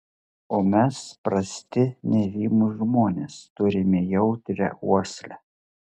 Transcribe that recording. o mes prasti nežymūs žmonės turime jautrią uoslę